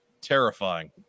Terrifying